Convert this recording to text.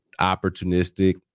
opportunistic